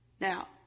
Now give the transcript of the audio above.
Now